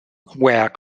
were